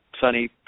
sunny